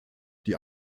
die